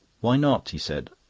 why not? he said.